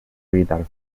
evitar